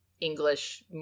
English